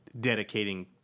dedicating